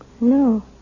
No